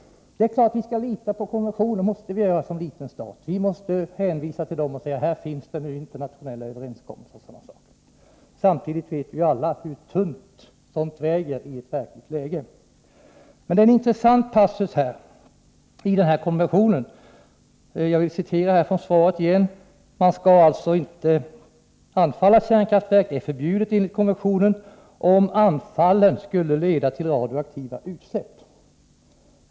Det är klart att vi skall lita på konventioner — det måste vi göra som liten stat. Vi måste hänvisa till dem och säga att det finns internationella överenskommelser m.m. Samtidigt vet vi alla hur lätt sådant väger i ett verkligt läge. Det finns en intressant passus i konventionen, och jag skall citera från svaret igen. Man skall alltså inte anfalla kärnkraftverk, vilket är förbjudet enligt konventionen, ”om anfallen skulle leda till radioaktivt utsläpp”.